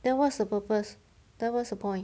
then what's the purpose then what's the point